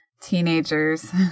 teenagers